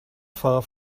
far